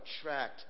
attract